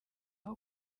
aho